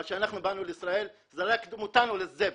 אבל כשבאנו לישראל זרקתם אותנו לזבל,